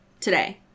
today